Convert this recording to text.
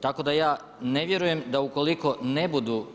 Tako da ja ne vjerujem da ukoliko ne budu